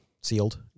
sealed